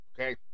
Okay